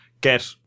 get